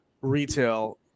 retail